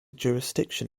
jurisdiction